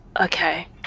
Okay